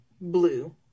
Blue